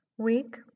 Week